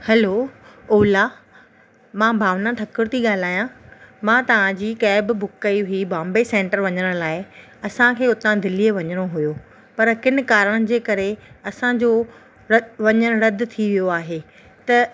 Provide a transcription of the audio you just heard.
hello Ola मां भावना ठाकुर थी ॻाल्हायां मां तव्हांजी कैब बुक कई हुई बॉम्बे सेंट्र्ल वञण लाइ असांखे उतां दिल्लीअ वञणो हुओ पर किन कारणनि जे करे असांजो वञणु रदि थी वियो आहे त